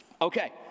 Okay